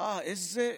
וואו, איזה פלא,